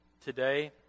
today